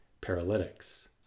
paralytics